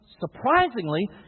surprisingly